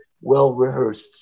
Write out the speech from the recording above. well-rehearsed